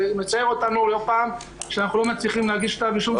זה מצער אותנו לא פעם כשאנחנו לא מצליחים להגיש כתב אישום.